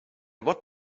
what